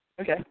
Okay